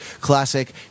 classic